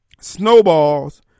snowballs